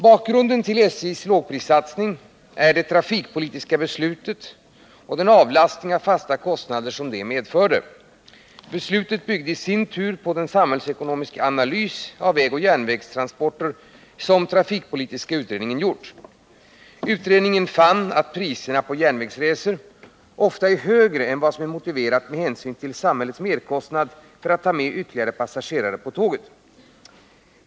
Bakgrunden till SJ:s lågprissatsning är det trafikpolitiska beslutet och den avlastning av fasta kostnader som det medförde. Beslutet byggde i sin tur på den samhällsekonomiska analys av vägoch järnvägstransporter som trafikpolitiska utredningen gjort. Utredningen fann att priserna på järnvägsresor ofta är högre än vad som är motiverat med hänsyn till samhällets merkostnader för att ta med ytterligare passagerare på tåget.